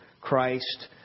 Christ